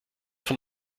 von